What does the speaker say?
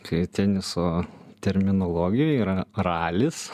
kai teniso terminologijoj yra ralis